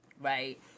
right